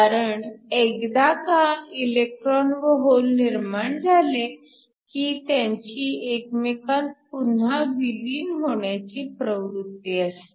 कारण एकदा का इलेक्ट्रॉन व होल निर्माण झाले की त्यांची एकमेकांत पुन्हा विलीन होण्याची प्रवृत्ती असते